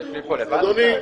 אדוני,